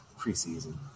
preseason